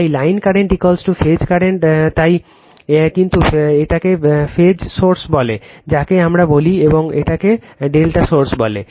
তাই line current phase current তাই কিন্তু এটাকে ভোল্টেজ সোর্স বলে যাকে আমরা বলি এবং এটাকে ∆ সোর্স বলে